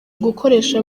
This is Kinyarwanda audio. gukoresha